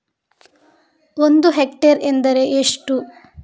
ಒಂದು ಹೆಕ್ಟೇರ್ ಎಂದರೆ ಎಷ್ಟು?